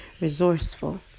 resourceful